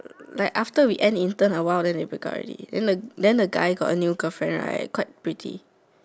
like after we end intern awhile then they break up already then the then the guy got a new girlfriend right quite pretty